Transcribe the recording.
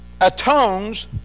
atones